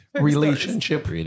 relationship